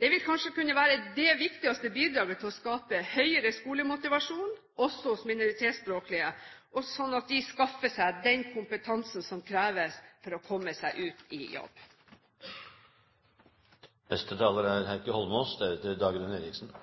Det vil kanskje kunne være det viktigste bidraget til å skape høyere skolemotivasjon også hos minoritetsspråklige, sånn at de skaffer seg den kompetansen som kreves for å komme seg ut i jobb. Oslo er